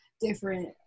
different